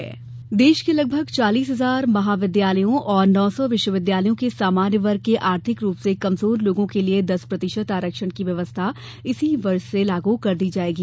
सामान्य आरक्षण देश के लगभग चालीस हजार महाविद्यालयों और नौ सौ विश्वविद्यालयों में सामान्य वर्ग के आर्थिक रूप से कमजोर लोगों के लिए दस प्रतिशत आरक्षण की व्यवस्था इसी वर्ष से लागू कर दी जाएगी